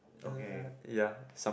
uh ya some